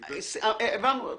הגברת --- הבנו.